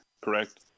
correct